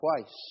twice